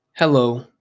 Hello